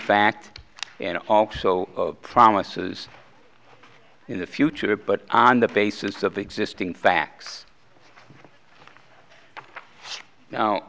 fact and also promises in the future but on the basis of the existing facts now